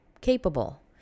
capable